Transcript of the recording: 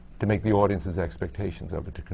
to make the audience's expectations of it,